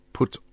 put